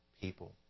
people